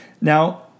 Now